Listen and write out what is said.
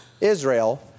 Israel